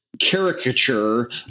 caricature